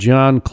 John